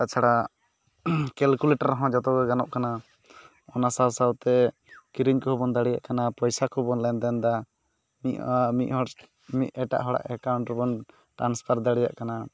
ᱛᱟᱪᱷᱟᱲᱟ ᱠᱮᱞᱠᱩᱞᱮᱴᱟᱨ ᱦᱚᱸ ᱡᱚᱛᱚᱜᱮ ᱜᱟᱱᱚᱜ ᱠᱟᱱᱟ ᱚᱱᱟ ᱥᱟᱶ ᱥᱟᱶᱛᱮ ᱠᱤᱨᱤᱧ ᱠᱚᱦᱚᱸᱵᱚᱱ ᱫᱟᱲᱮᱭᱟᱜ ᱠᱟᱱᱟ ᱯᱚᱭᱥᱟ ᱠᱚᱵᱚᱱ ᱞᱮᱱᱫᱮᱱ ᱮᱫᱟ ᱢᱤᱫ ᱟᱨ ᱢᱤᱜ ᱦᱚᱲ ᱢᱤᱫ ᱮᱴᱟᱜ ᱦᱚᱲᱟᱜ ᱮᱠᱟᱣᱩᱱᱴ ᱨᱮᱵᱚᱱ ᱴᱨᱟᱱᱥᱯᱷᱟᱨ ᱫᱟᱲᱮᱭᱟᱜ ᱠᱟᱱᱟ